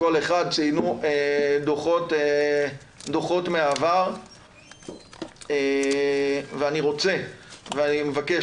כל אחד ציין דוחות מהעבר ואני רוצה ואני מבקש